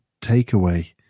takeaway